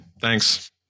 thanks